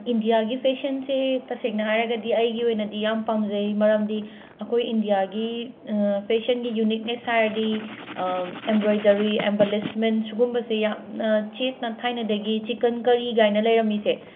ꯏꯟꯗꯤꯌꯥꯒꯤ ꯐꯦꯁꯟꯁꯦ ꯇꯁꯦꯡꯅ ꯍꯥꯏꯔꯒꯗꯤ ꯑꯩꯒꯤ ꯑꯣꯏꯅꯗꯤ ꯌꯥꯝ ꯄꯥꯝꯖꯩ ꯃꯔꯝꯗꯤ ꯑꯩꯈꯣꯏ ꯏꯟꯗꯤꯌꯥꯒꯤ ꯐꯦꯁꯟꯒꯤ ꯌꯨꯅꯤꯛꯅꯦꯁ ꯍꯥꯏꯔꯗꯤ ꯑꯦꯝꯕ꯭ꯔꯣꯏꯗꯔꯤ ꯑꯦꯝꯕꯂꯤꯁꯃꯦꯟ ꯁꯤꯒꯨꯝꯕꯁꯦ ꯌꯥꯝꯅ ꯆꯦꯠꯅ ꯊꯥꯏꯅꯗꯒꯤ ꯆꯤꯀꯟꯀꯔꯤ ꯀꯥꯏꯅ ꯂꯩꯔꯝꯃꯤꯁꯦ